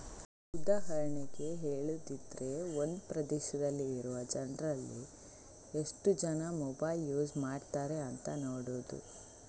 ಉದಾಹರಣೆಗೆ ಹೇಳುದಿದ್ರೆ ಒಂದು ಪ್ರದೇಶದಲ್ಲಿ ಇರುವ ಜನ್ರಲ್ಲಿ ಎಷ್ಟು ಜನ ಮೊಬೈಲ್ ಯೂಸ್ ಮಾಡ್ತಾರೆ ಅಂತ ನೋಡುದು